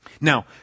Now